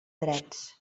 drets